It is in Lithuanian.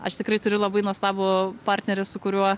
aš tikrai turiu labai nuostabų partnerį su kuriuo